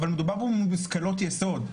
אבל מדובר פה במושכלות יסוד.